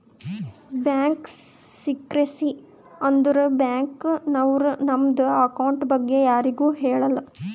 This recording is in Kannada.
ಬ್ಯಾಂಕ್ ಸಿಕ್ರೆಸಿ ಅಂದುರ್ ಬ್ಯಾಂಕ್ ನವ್ರು ನಮ್ದು ಅಕೌಂಟ್ ಬಗ್ಗೆ ಯಾರಿಗು ಹೇಳಲ್ಲ